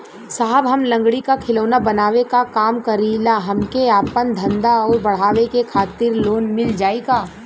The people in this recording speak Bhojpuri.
साहब हम लंगड़ी क खिलौना बनावे क काम करी ला हमके आपन धंधा अउर बढ़ावे के खातिर लोन मिल जाई का?